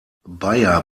beyer